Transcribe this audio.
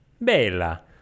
Bella